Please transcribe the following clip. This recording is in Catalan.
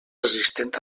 resistent